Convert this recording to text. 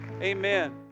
Amen